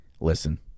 Listen